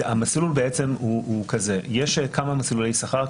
יש כמה מסלולי שכר,